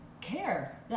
care